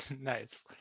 Nice